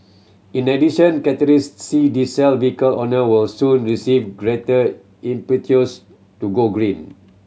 in addition Category C diesel vehicle owner will soon receive greater impetus to go green